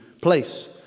place